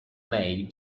made